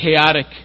chaotic